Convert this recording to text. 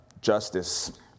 justice